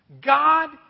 God